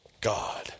God